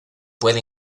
puede